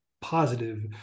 positive